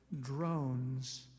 drones